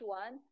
one